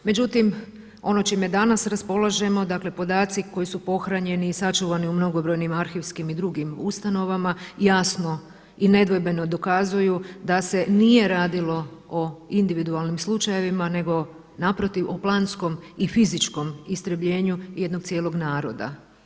Međutim, onim čime danas raspolažemo, dakle podaci koji su pohranjeni i sačuvani u mnogobrojnim arhivskim i drugim ustanovama jasno i nedvojbeno dokazuju da se nije radilo o individualnim slučajevima, nego naprotiv o planskom i fizičkom istrebljenju jednog cijelog naroda.